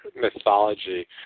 mythology